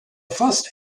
first